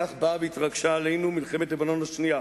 כך באה והתרגשה עלינו מלחמת לבנון השנייה.